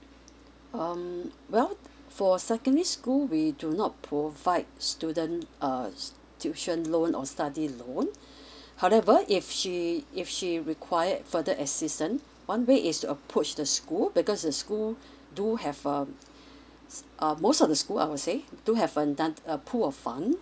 um well for secondary school we do not provide student uh tuition loan or study loan however if she if she required further assistance one way is to approach the school because the school do have a uh most of the school I would say do have a indun~ a pool of fund